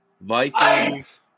Vikings